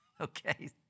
okay